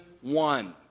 one